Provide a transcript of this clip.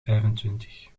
vijfentwintig